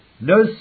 No